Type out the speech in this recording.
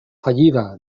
fallida